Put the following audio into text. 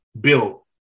built